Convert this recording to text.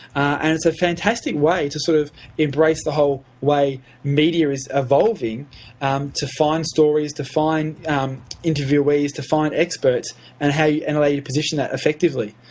and it's a fantastic way to sort of embrace the whole way media is evolving um to find stories, to find interviewees, to find experts and and allow you to position that effectively.